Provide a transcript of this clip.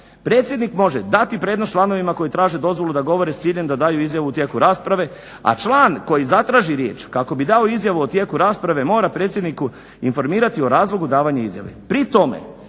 "Predsjednik može dati prijedlog članovima koji traže dozvolu da govore s ciljem da daju izjavu u tijeku rasprave, a član koji zatraži riječ kako bi dao izjavu o tijeku rasprave mora predsjedniku informirati o razlogu davanja izjave. Pri tome